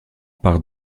par